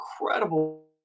incredible